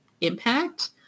impact